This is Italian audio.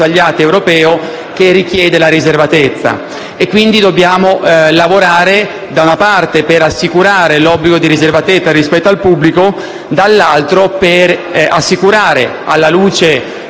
europei richiede la riservatezza. E, quindi, dobbiamo lavorare, da una parte, per assicurare l'obbligo di riservatezza rispetto al pubblico e, dall'altra parte, per garantire, alla luce